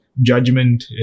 judgment